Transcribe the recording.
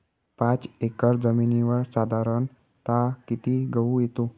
पाच एकर जमिनीवर साधारणत: किती गहू येतो?